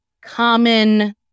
common